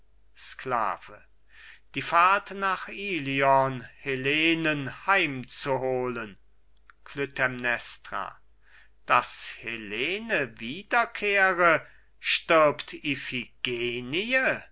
sklave die fahrt nach ilion helenen heim zu holen klytämnestra helene wiederkehre stirbt